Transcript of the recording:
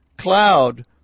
cloud